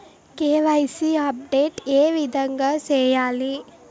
KYC update ఏ విధంగా సేయాలి?